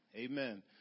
Amen